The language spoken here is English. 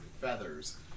feathers